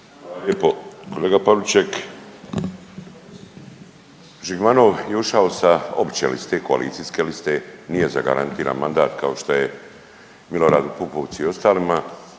lijepo. Kolega Pavliček, Žigmanov je ušao sa opće liste, koalicijske liste, nije zagarantiran mandat kao šta je Miloradu Pupovcu i ostalima,